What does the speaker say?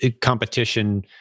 competition